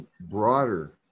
broader